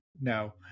No